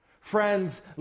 Friends